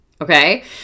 Okay